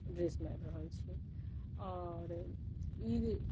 ड्रेसमे आबि रहल छै आओर ई